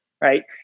Right